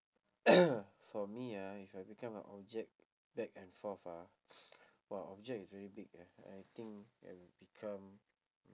for me ah if I become a object back and forth ah !wah! object is very big eh I think I will become